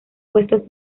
puestos